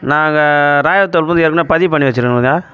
நாங்கள் இராயர் தோப்புலேருந்து ஏற்கனவே பதிவு பண்ணி வெச்சுருக்கோங்க